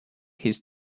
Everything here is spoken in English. his